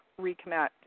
reconnect